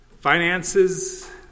finances